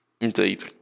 Indeed